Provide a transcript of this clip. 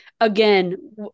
again